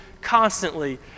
constantly